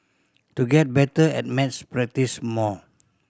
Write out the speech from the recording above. to get better at maths practise more